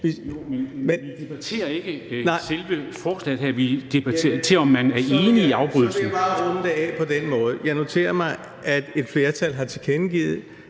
vi debatterer ikke selve forslaget her. Vi debatterer, om man er enig i afbrydelsen. Kl. 10:27 Jakob Sølvhøj (EL): Så vil jeg bare runde det af på den måde: Jeg noterer mig, at et flertal har tilkendegivet,